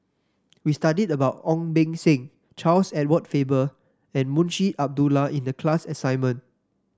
we studied about Ong Beng Seng Charles Edward Faber and Munshi Abdullah in the class assignment